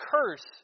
curse